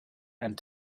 and